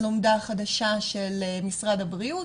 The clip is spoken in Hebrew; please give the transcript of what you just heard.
הלומדה החדשה של משרד הבריאות.